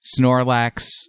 Snorlax